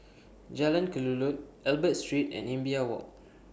Jalan Kelulut Albert Street and Imbiah Walk